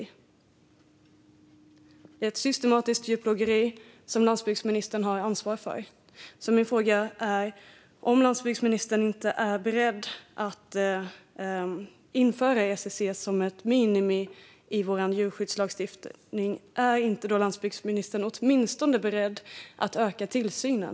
Det handlar om ett systematiskt djurplågeri som landsbygdsministern har ansvar för. Om landsbygdsministern inte är beredd att införa ECC som ett minimikrav i djurskyddslagstiftningen, är landsbygdsministern då åtminstone beredd att öka tillsynen?